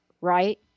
right